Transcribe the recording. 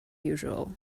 usual